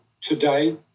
today